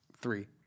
three